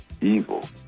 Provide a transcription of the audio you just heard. evil